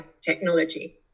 technology